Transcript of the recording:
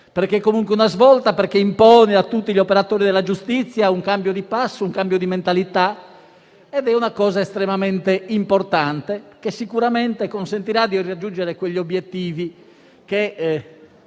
e lo uso ancora, perché impone a tutti gli operatori della giustizia un cambio di passo e di mentalità ed è una cosa estremamente importante, che sicuramente consentirà di raggiungere gli obiettivi che